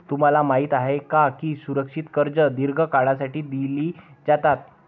तुम्हाला माहित आहे का की सुरक्षित कर्जे दीर्घ काळासाठी दिली जातात?